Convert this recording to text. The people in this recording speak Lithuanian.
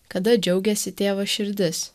kada džiaugėsi tėvo širdis